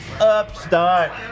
upstart